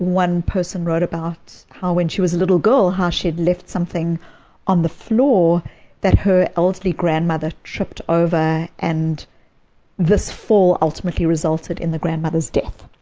one person wrote about how, when she was a little girl, she had left something on the floor that her elderly grandmother tripped over, and this fall ultimately resulted in the grandmother's death.